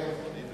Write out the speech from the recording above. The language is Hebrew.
כן.